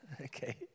okay